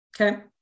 Okay